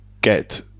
get